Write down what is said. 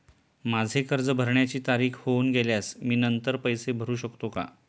माझे कर्ज भरण्याची तारीख होऊन गेल्यास मी नंतर पैसे भरू शकतो का?